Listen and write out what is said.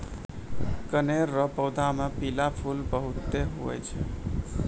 कनेर रो पौधा मे पीला फूल बहुते हुवै छै